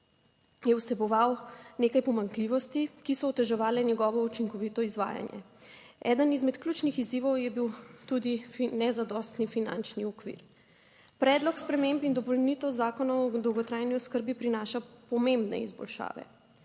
je vseboval nekaj pomanjkljivosti, ki so oteževale njegovo učinkovito izvajanje. Eden izmed ključnih izzivov je bil tudi nezadostni finančni okvir. Predlog sprememb in dopolnitev Zakona o dolgotrajni oskrbi prinaša pomembne izboljšave.